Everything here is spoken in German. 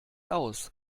aus